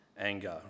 anger